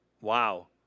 Wow